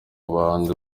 abahanzi